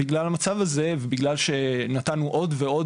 בגלל המצב הזה ובגלל שנתנו עוד ועוד